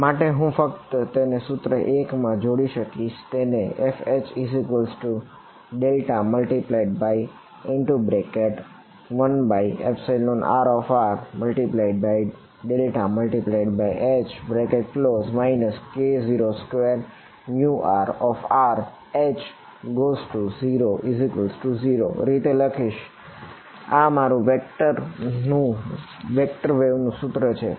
માટે હું ફક્ત તેને સૂત્ર 1 માં જોડી શકીશ અને તેને FH∇×1rr∇×H k02rrH0 રીતે લખીશ આ મારુ વેક્ટર વેવ નું સૂત્ર છે